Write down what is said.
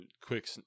Quick